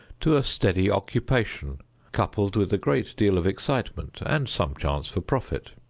to a steady occupation coupled with a great deal of excitement and some chance for profit.